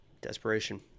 desperation